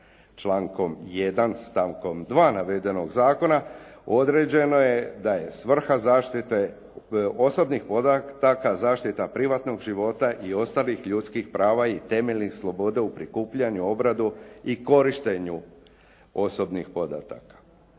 Člankom 1. stavkom 2. navedenog zakona određeno je da je svrha zaštite osobnih podataka, zaštita privatnog života i ostalih ljudskih prava i temeljnih sloboda u prikupljanju i obradu i korištenju osobnih podataka.